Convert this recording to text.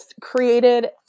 created